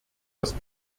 das